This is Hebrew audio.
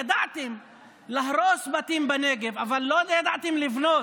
ידעתם להרוס בתים בנגב אבל לא ידעתם לבנות.